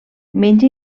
menja